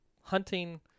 hunting